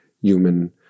human